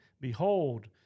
Behold